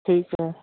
ਠੀਕ ਹੈ